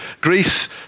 Greece